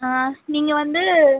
நீங்கள் வந்து